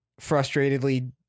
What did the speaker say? frustratedly